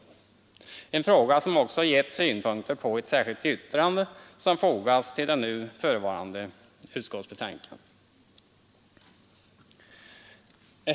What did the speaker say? Synpunkter på denna fråga har också anförts i ett särskilt yttrande, som fogats till det nu förevarande utskottsbetänkandet.